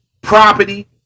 property